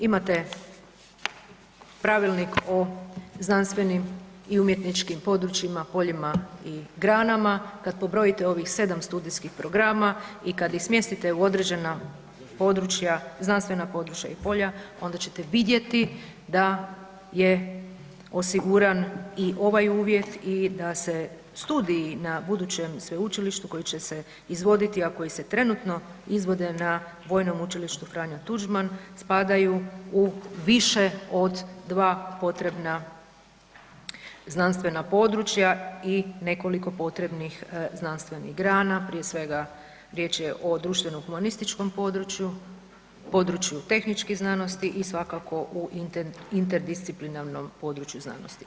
Imate pravilnik o znanstvenim i umjetničkim područjima, poljima i granama, kad pobrojite ovih 7 studijskih programa i kad ih smjestite u određena područja, znanstvena područja i polja, onda ćete vidjeti da je osiguran i ovaj uvjet i da se studiji na budućem sveučilištu koje će izvoditi a koji se trenutno izvode na Vojnom učilištu F. Tuđman, spadaju u više od dva potrebna znanstvena područja i nekoliko potrebnih znanstvenih grana, prije svega riječ je o društveno humanističkom području, području tehničkih znanosti i svakako u interdisciplinarnom području znanosti.